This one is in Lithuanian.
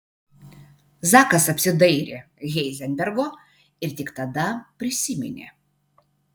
zakas apsidairė heizenbergo ir tik tada prisiminė